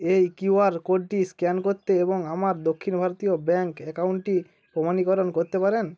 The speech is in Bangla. এই কিউআর কোডটি স্ক্যান করতে এবং আমার দক্ষিণ ভারতীয় ব্যাঙ্ক অ্যাকাউন্টটি প্রমাণীকরণ করতে পারেন